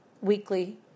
weekly